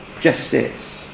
justice